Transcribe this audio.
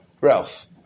Ralph